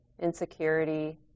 insecurity